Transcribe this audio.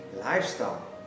lifestyle